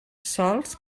sols